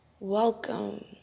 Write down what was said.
Welcome